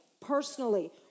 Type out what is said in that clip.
personally